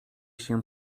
się